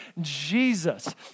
Jesus